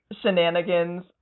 shenanigans